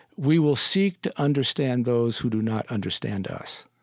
we will seek to understand those who do not understand us.